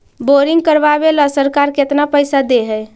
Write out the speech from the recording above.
Boring करबाबे ल सरकार केतना पैसा दे है?